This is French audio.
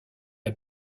est